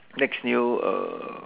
next new err